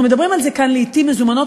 אנחנו מדברים על זה כאן לעתים מזומנות,